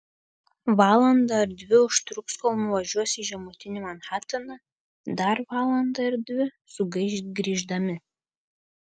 valandą ar dvi užtruks kol nuvažiuos į žemutinį manhataną dar valandą ar dvi sugaiš grįždami